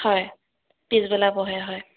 হয় পিছবেলা বহে হয়